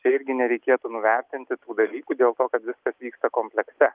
čia irgi nereikėtų nuvertinti tų dalykų dėl to kad viskas vyksta komplekse